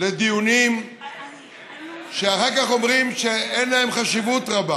לדיונים שאחר כך אומרים שאין להם חשיבות רבה.